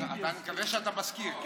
אני מקווה שאתה מזכיר.